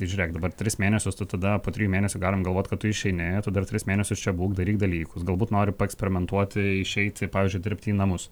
tai žiūrėk dabar tris mėnesius tu tada po trijų mėnesių galim galvoti kad tu išeini tu dar tris mėnesius čia būk daryk dalykus galbūt nori paeksperimentuoti išeiti pavyzdžiui dirbti į namus